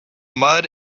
mud